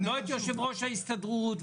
יושב-ראש ההסתדרות,